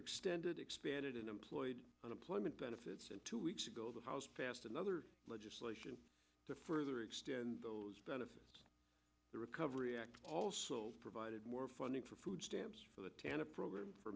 extended expanded employed unemployment benefits and two weeks ago the house passed another legislation to further extend those benefits the recovery act also provided more funding for food stamps for the tanah program for